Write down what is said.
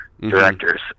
directors